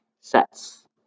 sets